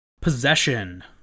Possession